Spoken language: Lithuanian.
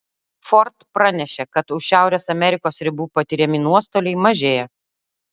ford pranešė kad už šiaurės amerikos ribų patiriami nuostoliai mažėja